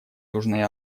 южной